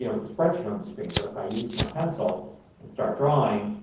yeah with the spreadsheet on the screen. but if i use my pencil and start drawing